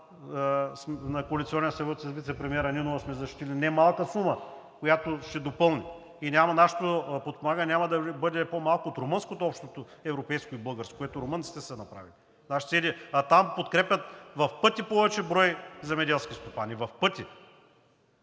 на коалиционен съвет с вицепремиера Нинова сме защитили немалка сума, която ще допълни, и нашето подпомагане няма да бъде по малко от румънското – общото европейско и българското, което румънците са направили. А там подкрепят в пъти повече земеделските стопани. В пъти!